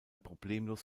problemlos